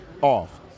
off